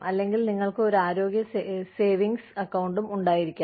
അല്ലെങ്കിൽ നിങ്ങൾക്ക് ഒരു ആരോഗ്യ സേവിംഗ്സ് അക്കൌണ്ടും ഉണ്ടായിരിക്കാം